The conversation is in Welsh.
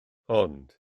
ond